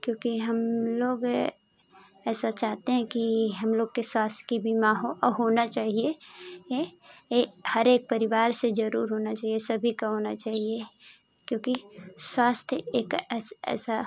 क्योंकि हम लोग ऐसा चाहते हैं कि हम लोग के स्वास की बीमा हो होना चाहिए ए ए हर एक परिवार से जरूर होना चाहिए सभी का होना चाहिए क्योंकि स्वास्थ एक ऐसा